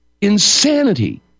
insanity